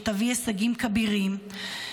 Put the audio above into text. ותביא הישגים" כבירים.